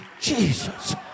Jesus